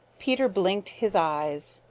peter blinked his eyes.